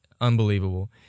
unbelievable